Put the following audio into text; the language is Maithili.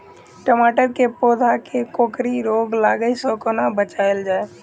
टमाटर केँ पौधा केँ कोकरी रोग लागै सऽ कोना बचाएल जाएँ?